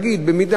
יהיה רצוף,